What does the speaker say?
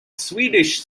swedish